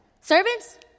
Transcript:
Servants